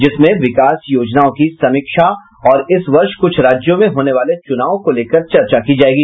जिसमें विकास योजनाओं की समीक्षा और इस वर्ष कुछ राज्यों में होने वाले चुनाव को लेकर चर्चा की जायेगी